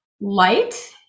light